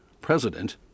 president